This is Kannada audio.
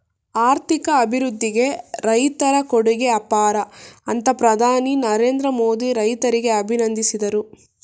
ಆರ್ಥಿಕ ಅಭಿವೃದ್ಧಿಗೆ ರೈತರ ಕೊಡುಗೆ ಅಪಾರ ಅಂತ ಪ್ರಧಾನಿ ನರೇಂದ್ರ ಮೋದಿ ರೈತರಿಗೆ ಅಭಿನಂದಿಸಿದರು